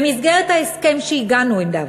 במסגרת ההסכם שהגענו אליו,